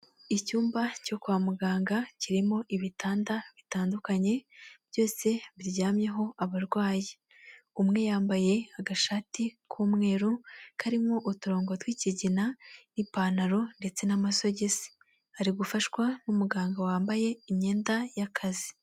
Icyumba cyo kwa muganga kirimo ibitanda bitandukanye byose biryamyeho abarwayi, umwe yambaye agashati k'umweru karimo uturongo tw'ikigina n'ipantaro ndetse n'amasogisi, ari gufashwa n'umuganga wambaye imyenda y'akazi.